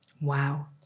Wow